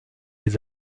les